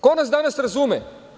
Ko nas danas razume?